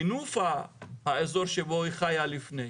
במינוף האזור שבו היא חיה לפני.